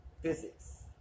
Physics